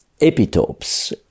epitopes